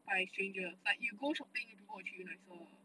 by strangers like you go shopping people will treat you nicer